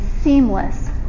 seamless